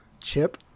Chip